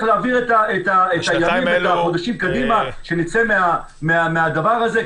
להעביר את הימים ואת החודשים קדימה שנצא מהדבר הזה,